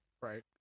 Right